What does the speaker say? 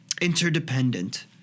interdependent